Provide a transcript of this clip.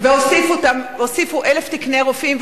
והוסיפו 1,000 תקני רופאים,